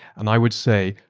and i would say,